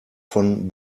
von